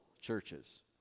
churches